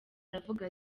aravuga